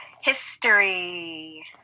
history